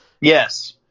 Yes